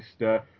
Mr